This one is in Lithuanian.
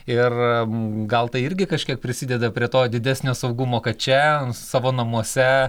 ir gal tai irgi kažkiek prisideda prie to didesnio saugumo kad čia savo namuose